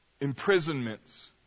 imprisonments